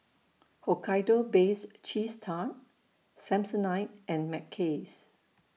Hokkaido Bakes Cheese Tart Samsonite and Mackays